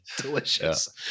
delicious